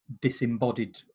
disembodied